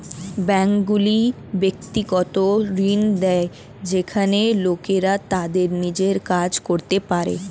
ব্যাঙ্কগুলি ব্যক্তিগত ঋণ দেয় যাতে লোকেরা তাদের নিজের কাজ করতে পারে